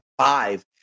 five